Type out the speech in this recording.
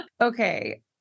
Okay